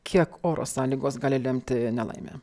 kiek oro sąlygos gali lemti nelaimę